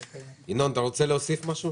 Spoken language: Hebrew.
ינון, אתה רוצה להוסיף משהו?